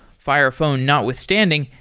fire phone notwithstanding,